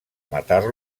matar